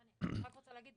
אני רק רוצה לדייק,